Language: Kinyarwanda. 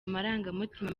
amarangamutima